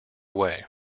way